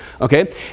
Okay